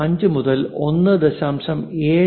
5 മുതൽ 1